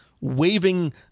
waving